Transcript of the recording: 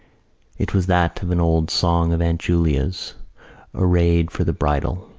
it was that of an old song of aunt julia's arrayed for the bridal.